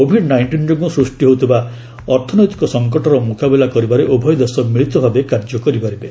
Covid nineteen ଯୋଗୁଁ ସୃଷ୍ଟି ହେଉଥିବା ଅର୍ଥନୈତିକ ସଂକଟର ମୁକାବିଲା କରିବାରେ ଉଭୟ ଦେଶ ମିଳିତ ଭାବେ କାର୍ଯ୍ୟ କରିପାରିବେ